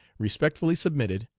respectfully submitted.